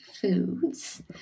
foods